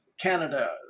Canada